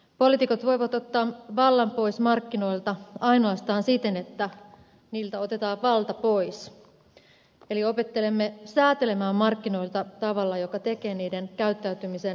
poliitikot voivat ottaa vallan pois markkinoilta ainoastaan siten että niiltä otetaan valta pois eli opettelemme säätelemään markkinoita tavalla joka tekee niiden käyttäytymisen ennustettavammaksi